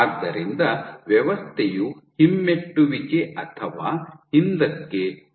ಆದ್ದರಿಂದ ವ್ಯವಸ್ಥೆಯು ಹಿಮ್ಮೆಟ್ಟುವಿಕೆ ಅಥವಾ ಹಿಂದಕ್ಕೆ ಹರಿಯುತ್ತದೆ